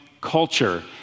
culture